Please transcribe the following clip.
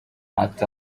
ati